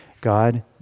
God